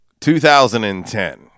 2010